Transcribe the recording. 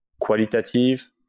qualitative